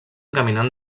caminant